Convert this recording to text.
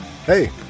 Hey